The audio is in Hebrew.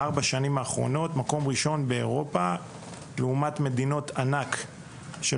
מקום ראשון באירופה אל מול מדינות ענק של